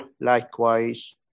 likewise